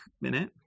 minute